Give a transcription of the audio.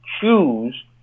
choose